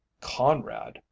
conrad